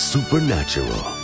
Supernatural